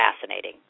fascinating